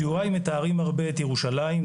ציוריי מתארים הרבה את ירושלים,